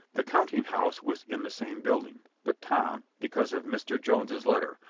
the counting house was in the same building but tom, because of mr. jones's letter,